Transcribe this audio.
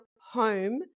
home